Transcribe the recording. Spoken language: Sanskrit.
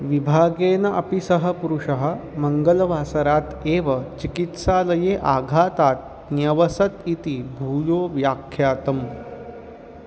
विभागेन अपि सः पुरुषः मङ्गलवासरात् एव चिकित्सालये आघातात् न्यवसत् इति भूयो व्याख्यातम्